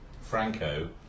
Franco